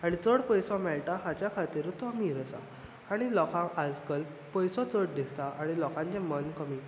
आनी चड पयसो मेळटा हाज्याचे खातीरूच तो अमीर आसा आनी लोकांक आज कल पयसो चड दिसता आनी लोकांचे मन कमी